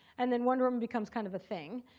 and then wonder woman becomes kind of a thing.